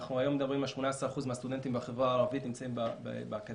היום אנחנו מדברים על 18% מהסטודנטים בחברה הערבית שנמצאים באקדמיה.